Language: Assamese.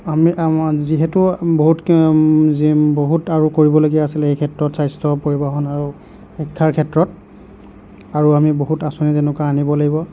আমি আমাৰ যিহেতু বহুত যি বহুত আৰু কৰিবলগীয়া আছিলে এই ক্ষেত্ৰত স্বাস্থ্য পৰিবহন আৰু শিক্ষাৰ ক্ষেত্ৰত আৰু আমি বহুত আঁচনি তেনেকুৱা আনিব লাগিব